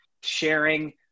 sharing